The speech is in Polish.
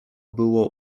było